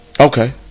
Okay